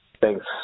Thanks